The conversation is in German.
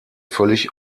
völlig